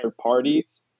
parties